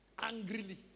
angrily